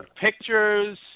pictures